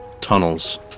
tunnels